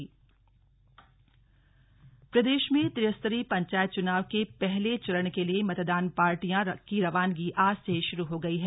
polling पार्टियां रवाना प्रदेश में त्रिस्तरीय पंचायत चुनाव के पहले चरण के लिए मतदान पार्टियों की रवानगी आज से शुरू हो गई है